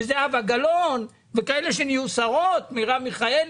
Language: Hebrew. זהבה גלאון וכאלה שהן שרות כמו מרב מיכאלי.